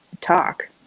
talk